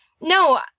No